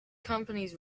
companies